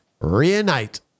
reunite